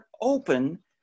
open